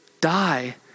die